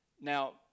now